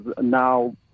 now